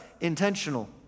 intentional